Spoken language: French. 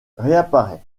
réapparaît